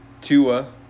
Tua